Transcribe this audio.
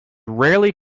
rarely